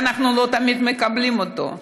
ואנחנו לא תמיד מקבלים אותו.